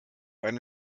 eine